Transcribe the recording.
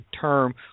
term